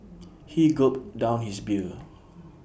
he gulped down his beer